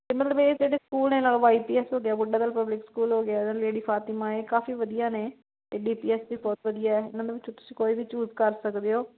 ਅਤੇ ਮਤਲਬ ਇਹ ਜਿਹੜੇ ਸਕੂਲ ਨੇ ਨਾਲ ਵਾਈ ਪੀ ਐਸ ਹੋ ਗਿਆ ਬੁੱਢਾ ਦਲ ਪਬਲਿਕ ਸਕੂਲ ਹੋ ਗਿਆ ਲੇਡੀ ਫਾਤਿਮਾ ਇਹ ਕਾਫ਼ੀ ਵਧੀਆ ਨੇ ਅਤੇ ਡੀ ਪੀ ਐਸ ਵੀ ਬਹੁਤ ਵਧੀਆ ਮਤਲਬ ਇਹਨਾਂ ਵਿੱਚੋਂ ਤੁਸੀਂ ਕੋਈ ਵੀ ਚੂਜ ਕਰ ਸਕਦੇ ਹੋ